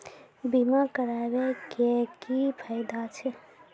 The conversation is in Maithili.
बीमा कराबै के की फायदा छै?